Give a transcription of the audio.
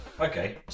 Okay